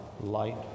light